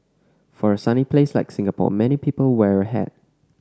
for a sunny place like Singapore many people wear a hat